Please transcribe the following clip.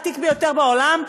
העתיק ביותר בעולם,